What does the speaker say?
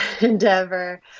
endeavor